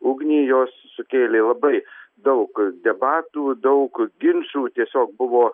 ugnį jos sukėlė labai daug debatų daug ginčų tiesiog buvo